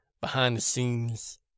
behind-the-scenes